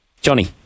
Johnny